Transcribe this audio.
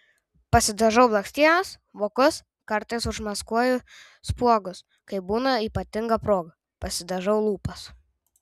pasidažau blakstienas vokus kartais užmaskuoju spuogus kai būna ypatinga proga pasidažau lūpas